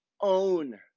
own